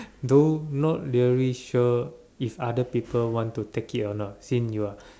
though not really sure if other people want to take it or not since you are